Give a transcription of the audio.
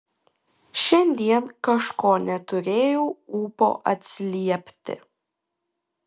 šiandien kažko neturėjau ūpo atsiliepti